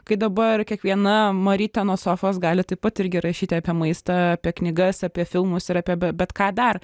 kai dabar kiekviena marytė nuo sofos gali taip pat irgi rašyti apie maistą apie knygas apie filmus ir apie bet ką dar